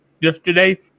yesterday